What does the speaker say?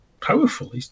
powerful